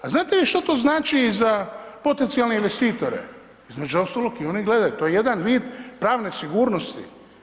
A znate li vi što to znači i za potencijalne investitore, između ostalog i oni gledaju to je jedan vid pravne sigurnosti.